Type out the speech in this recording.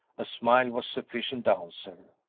a smile was sufficient answer.